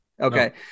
Okay